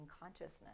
consciousness